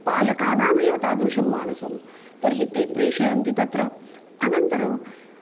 पालकानामेव तादृशं मानसं तर्हि ते प्रेषयन्ति तत्र अनन्तरं